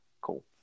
Cool